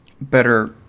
better